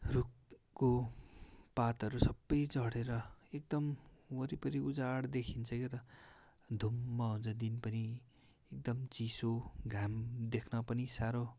रुखको पातहरू सबै झरेर एकदम वरिपरि उजाड देखिन्छ क्या त धुम्म हुन्छ दिन पनि एकदम चिसो घाम देख्न पनि साह्रो